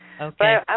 Okay